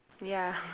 ya